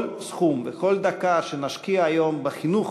כל סכום וכל דקה שנשקיע היום בחינוך